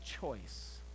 choice